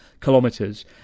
kilometres